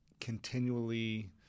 continually